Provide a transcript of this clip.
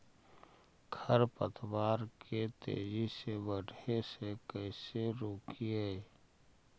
खर पतवार के तेजी से बढ़े से कैसे रोकिअइ?